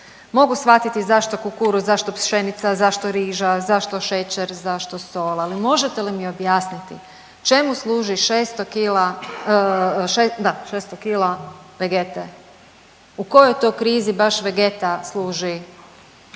Mogu shvatiti zašto kukuruz, zašto pšenica, zašto riža, zašto šećer, zašto sol ali možete li mi objasniti čemu služi 600 kila, da 600 kila Vegete? U kojoj to krizi baš Vegeta služi